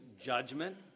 judgment